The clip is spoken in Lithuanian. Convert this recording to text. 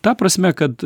ta prasme kad